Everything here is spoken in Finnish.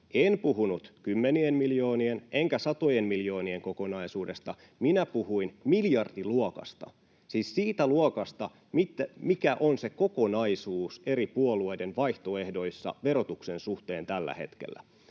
En puhunut kymmenien miljoonien enkä satojen miljoonien kokonaisuudesta, minä puhuin miljardiluokasta, siis siitä luokasta, mikä on se kokonaisuus eri puolueiden vaihtoehdoissa verotuksen suhteen tällä hetkellä.